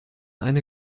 eine